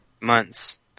months